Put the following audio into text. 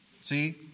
See